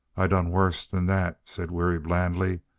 i done worse than that, said weary, blandly.